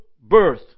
birth